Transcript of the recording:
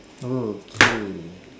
oh okay